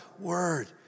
word